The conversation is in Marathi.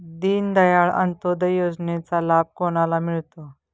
दीनदयाल अंत्योदय योजनेचा लाभ कोणाला मिळतो?